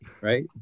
right